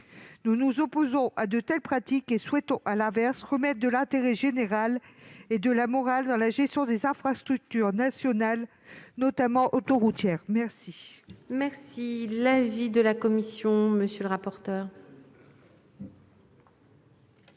Nous nous opposons à de telles pratiques et souhaitons, à l'inverse, remettre de l'intérêt général et de la morale dans la gestion des infrastructures nationales, notamment autoroutières. Quel est l'avis de la commission de l'aménagement